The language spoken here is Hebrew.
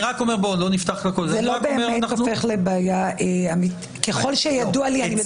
זאת לא בעיה אמיתית, ככל שידוע לי.